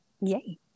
Yay